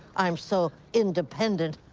i'm so independent,